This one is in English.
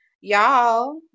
y'all